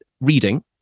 reading